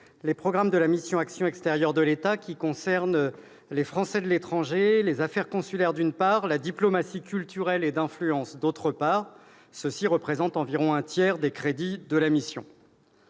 les programmes de la mission « Action extérieure de l'État », qui concernent les Français à l'étranger et les affaires consulaires, d'une part, la diplomatie culturelle et d'influence, d'autre part. Ceux-ci représentent environ un tiers des crédits de la mission.